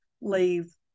leave